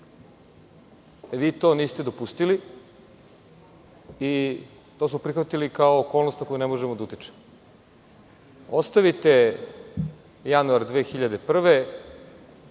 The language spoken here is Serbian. Vi to niste dopustili i to smo prihvatili kao okolnost na koju ne možemo da utičemo. Ostavite januar 2001.